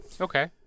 Okay